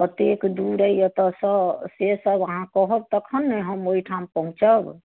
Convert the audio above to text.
कतेक दूर अछि एतऽसँ से सभ अहाँ कहब तखन ने हम ओहिठाम पहुँचब